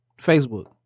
Facebook